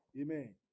Amen